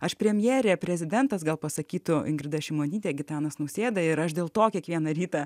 aš premjerė prezidentas gal pasakytų ingrida šimonytė gitanas nausėda ir aš dėl to kiekvieną rytą